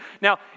Now